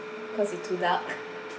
cause you too dark